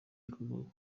zikomoka